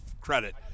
credit